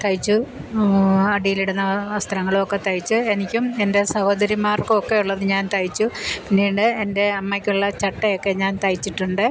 തയ്ച്ചു അടിയിൽ ഇടുന്ന വസ്ത്രങ്ങളൊക്കെ തയ്ച്ച് എനിക്കും എൻ്റെ സഹോദരിമാർക്കും ഒക്കെ ഉള്ളത് ഞാൻ തയ്ച്ചു പിന്നീട് എൻ്റെ അമ്മയ്ക്കുള്ള ചട്ടയൊക്കെ ഞാൻ തയ്ച്ചിട്ടുണ്ട്